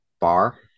bar